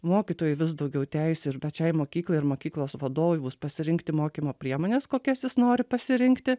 mokytojui vis daugiau teisių ir pačiai mokyklai ir mokyklos vadovui bus pasirinkti mokymo priemones kokias jis nori pasirinkti